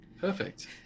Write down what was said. Perfect